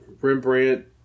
Rembrandt